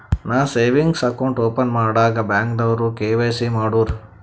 ನಾ savings account open ಮಾಡಾಗ್ ಬ್ಯಾಂಕ್ದವ್ರು ಕೆ.ವೈ.ಸಿ ಮಾಡೂರು